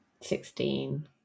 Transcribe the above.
Sixteen